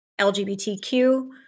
LGBTQ